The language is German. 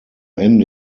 ende